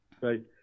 Right